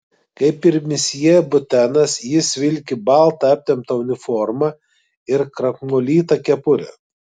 kaip ir misjė butenas jis vilki baltą aptemptą uniformą ir krakmolytą kepurę